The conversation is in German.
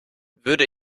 würde